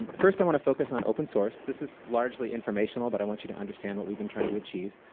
and first i want to focus on open source. this is largely informational, but i want you to understand what we've been trying to achieve.